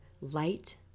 light